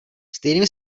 stejným